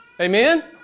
Amen